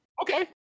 okay